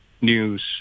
news